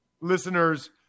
listeners